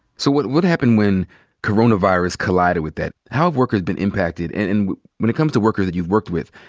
so what what happened when coronavirus collided with that? how have workers been impacted? and and when it comes to workers that you've worked with,